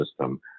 system